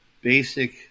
basic